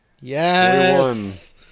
Yes